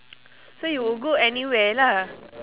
so you would go anywhere lah